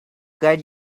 guide